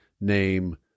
name